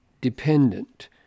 dependent